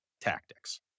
tactics